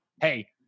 Hey